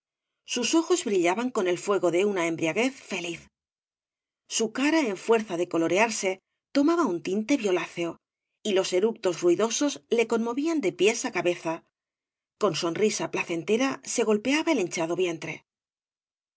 sus ojos brillaban con ei fuego de una embriaguez feliz su cara en fuerza de colorearse tomaba un tinte violáceo y los eructos ruidosos le conmovían de píes á cabeza con sonrisa placentera se golpeaba el hinchado vientre